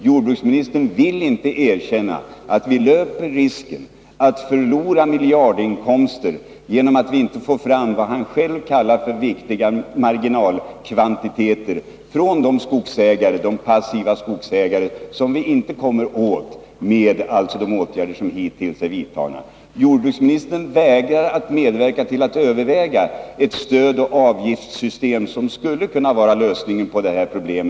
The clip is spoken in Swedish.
Jordbruksministern vill inte erkänna att vi löper risken att förlora miljardinkomster genom att vi inte får fram vad han själv kallar för viktiga marginalkvantiteter från de passiva skogsägare som vi inte kommer åt med de åtgärder som hittills är vidtagna. Jordbruksministern vägrar att medverka till att överväga ett stödoch avgiftssystem som skulle kunna vara lösningen på problemet.